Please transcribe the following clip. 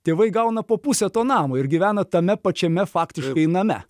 tėvai gauna po pusę to namo ir gyvena tame pačiame faktiškai name